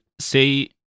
say